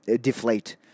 deflate